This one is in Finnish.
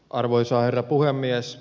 arvoisa herra puhemies